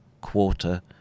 quarter